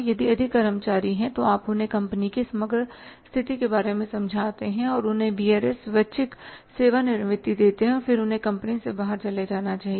यदि अधिक कर्मचारी हैं तो आप उन्हें कंपनी की समग्र स्थिति के बारे में समझाते हैं और उन्हें वीआरएस स्वैच्छिक सेवानिवृत्ति देते हैं और फिर उन्हें कंपनी से बाहर चले जाना चाहिए